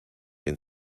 den